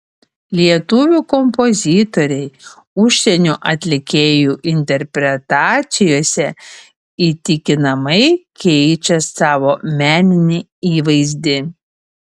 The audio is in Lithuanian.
lietuvių kompozitoriai užsienio atlikėjų interpretacijose įtikinamai keičia savo meninį įvaizdį